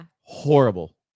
horrible